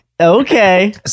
Okay